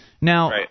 Now